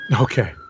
okay